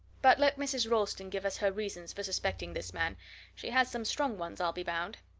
but let mrs. ralston give us her reasons for suspecting this man she has some strong ones, i'll be bound.